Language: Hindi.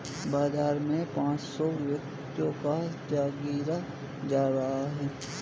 बाजार में पांच सौ व्यक्तियों का जखीरा जा रहा है